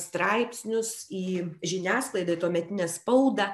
straipsnius į žiniasklaidą į tuometinę spaudą